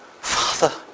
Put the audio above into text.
Father